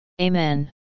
Amen